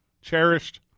cherished